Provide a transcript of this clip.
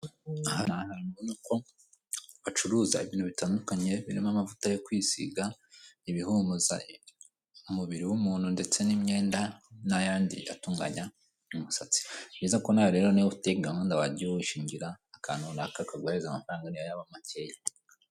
Aha ni ahantu ubona ko bacuruza ibintu bitandukanye birimo amavuta yo kwisiga, ibihumuza umubiri w'ibintu ndetse n'imyenda n'ayandi atunganya imisatsi. Ni byiza ko nawe rero niba ufite gahunda wajya wishingira akantu runaka kaguhereza amafaranga niyo yaba makeya.